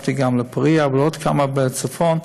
הוספתי גם לפוריה ולעוד כמה בצפון.